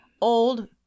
old